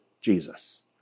Jesus